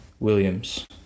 Williams